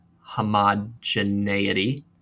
homogeneity